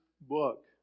book